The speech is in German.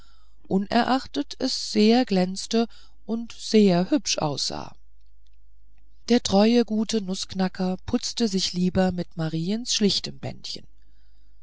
unerachtet es sehr glänzte und sehr hübsch aussah der treue gute nußknacker putzte sich lieber mit mariens schlichtem bändchen